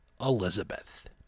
Elizabeth